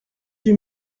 huit